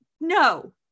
No